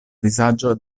vizaĝo